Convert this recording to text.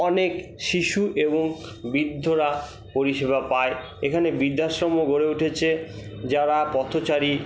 অনেক শিশু এবং বৃদ্ধরা পরিষেবা পায় এখানে বৃদ্ধাশ্রমও গড়ে উঠেছে যারা পথচারী